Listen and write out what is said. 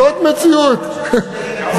זאת מציאות,